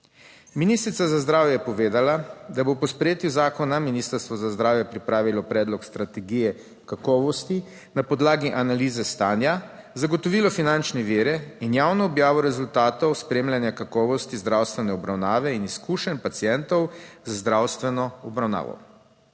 Ministrica za zdravje je povedala, da bo po sprejetju zakona Ministrstvo za zdravje pripravilo predlog strategije kakovosti na podlagi analize stanja, zagotovilo finančne vire in javno objavo rezultatov spremljanja kakovosti zdravstvene obravnave in izkušenj pacientov z zdravstveno obravnavo.